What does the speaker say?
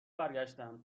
برگشتم